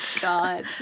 God